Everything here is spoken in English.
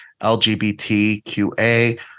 LGBTQA